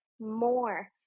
more